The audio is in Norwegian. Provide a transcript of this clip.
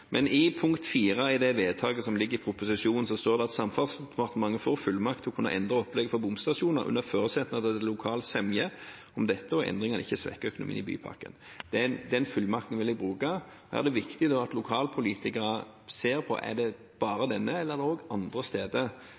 I punkt 4 i forslaget til vedtak som ligger i proposisjonen, står det: «Samferdselsdepartementet får fullmakt til å kunne endre opplegget for bomstasjonar, under føresetnad av at det er lokal semje om dette og endringane ikkje svekkar økonomien i bypakka.» Den fullmakten vil jeg bruke. Da er det viktig at lokalpolitikere ser på: Er det bare denne, eller er det også andre steder